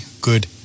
good